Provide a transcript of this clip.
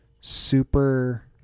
super